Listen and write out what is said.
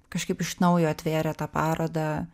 kažkaip iš naujo atvėrė tą parodą